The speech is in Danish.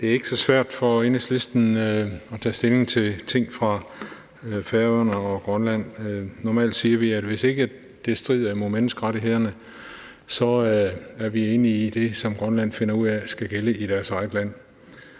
Det er ikke så svært for Enhedslisten at tage stilling til ting om Færøerne og Grønland. Normalt siger vi, at hvis ikke det strider imod menneskerettighederne, er vi enige i det, som Grønland finder ud af skal gælde i deres eget land.